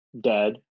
dead